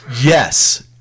Yes